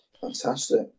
fantastic